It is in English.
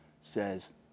says